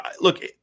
look